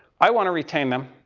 i want to retain them.